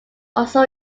also